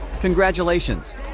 Congratulations